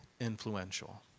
influential